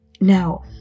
Now